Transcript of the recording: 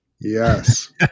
Yes